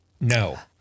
no